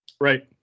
Right